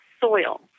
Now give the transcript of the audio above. soil